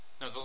No